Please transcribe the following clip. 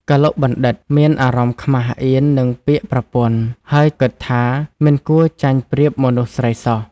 កឡុកបណ្ឌិត្យ មានអារម្មណ៍ខ្មាសអៀននឹងពាក្យប្រពន្ធ ហើយគិតថាមិនគួរចាញ់ប្រៀបមនុស្សស្រីសោះ។